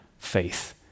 faith